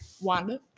Wanda